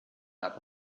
that